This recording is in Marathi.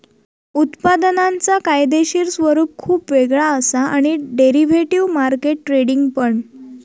उत्पादनांचा कायदेशीर स्वरूप खुप वेगळा असा आणि डेरिव्हेटिव्ह मार्केट ट्रेडिंग पण